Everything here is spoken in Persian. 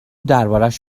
دربارش